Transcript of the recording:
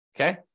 okay